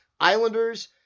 Islanders